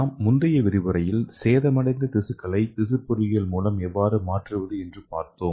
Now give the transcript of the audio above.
நாம் முந்தைய விரிவுரையில் சேதமடைந்த திசுக்களை திசு பொறியியல் மூலம் எவ்வாறு மாற்றுவது என்று பார்த்தோம்